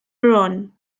roan